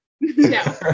No